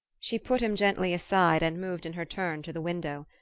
she put him gently aside and moved in her turn to the window.